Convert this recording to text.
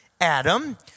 Adam